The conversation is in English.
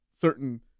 certain